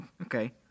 okay